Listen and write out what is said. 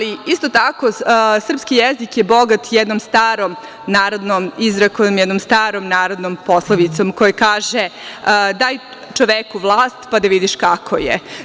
Isto tako srpski jezik je bogat jednom starom narodnom izrekom, jednom starom narodnom poslovicom koja kaže – daj čoveku vlast, pa da vidiš kako je.